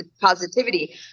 positivity